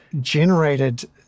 generated